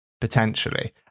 potentially